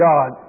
God